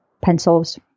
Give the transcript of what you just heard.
pencils